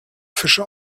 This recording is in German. fische